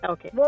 Okay